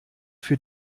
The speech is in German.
für